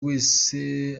wese